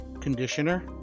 Conditioner